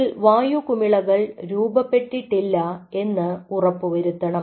ഇതിൽ വായു കുമിളകൾ രൂപപ്പെട്ടിട്ടില്ല എന്ന് ഉറപ്പുവരുത്തണം